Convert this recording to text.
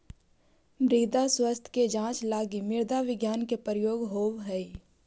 मृदा स्वास्थ्य के जांच लगी मृदा विज्ञान के प्रयोग होवऽ हइ